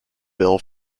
bill